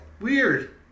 Weird